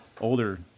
older